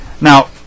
Now